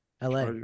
LA